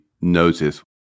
notice